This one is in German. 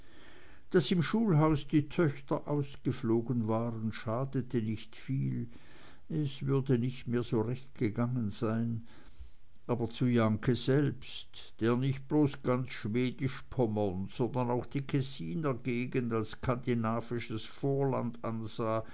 daß im schulhaus die töchter ausgeflogen waren schadete nicht viel es würde nicht mehr so recht gegangen sein aber zu jahnke selbst der nicht bloß ganz schwedisch pommern sondern auch die kessiner gegend als skandinavisches vorland ansah